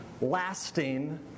lasting